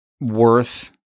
worth